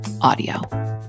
Audio